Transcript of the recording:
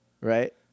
Right